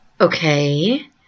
Okay